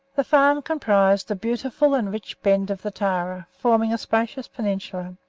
the farm comprised a beautiful and rich bend of the tarra, forming a spacious peninsula.